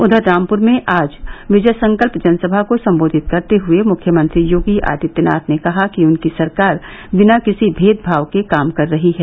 उधर रामपुर में आज विजय संकल्प जनसभा को संबोधित करते हुए मुख्यमंत्री योगी आदित्यनाथ ने कहा कि उनकी सरकार बिना किसी नेदभाव के काम रही है